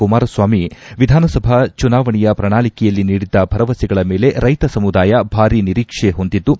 ಕುಮಾರಸ್ವಾಮಿ ವಿಧಾನಸಭಾ ಚುನಾವಣೆಯ ಪ್ರಣಾಳಕೆಯಲ್ಲಿ ನೀಡಿದ್ದ ಭರವಸೆಗಳ ಮೇಲೆ ರೈತ ಸಮುದಾಯ ಭಾರೀ ನಿರೀಕ್ಷೆ ಹೊಂದಿದ್ದು